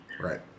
Right